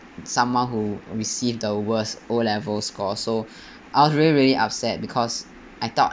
someone who received the worst O level score so I was very very upset because I thought